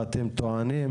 מה אתם טוענים.